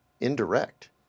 indirect